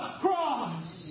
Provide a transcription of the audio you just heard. cross